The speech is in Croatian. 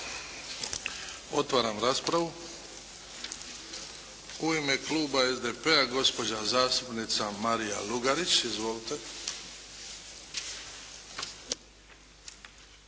Otvaram raspravu. U ime kluba SDP-a gospođa zastupnica Marija Lugarić. Izvolite.